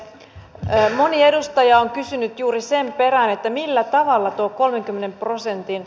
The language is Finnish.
moni edustaja on kysynyt juuri sen perään millä tavalla tuo kolmenkymmenen prosenttiin